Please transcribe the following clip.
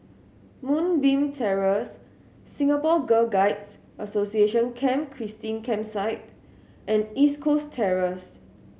Moonbeam Terrace Singapore Girl Guides Association Camp Christine Campsite and East Coast Terrace